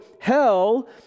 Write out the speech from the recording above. hell